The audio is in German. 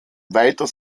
weiter